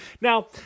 now